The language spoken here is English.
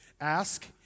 Ask